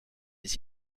des